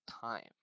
time